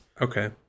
Okay